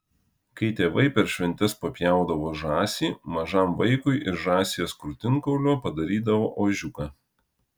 kai tėvai per šventes papjaudavo žąsį mažam vaikui iš žąsies krūtinkaulio padarydavo ožiuką